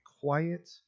quiet